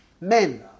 men